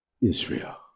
Israel